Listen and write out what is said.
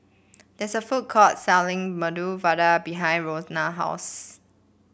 there is a food court selling Medu Vada behind Ronna's house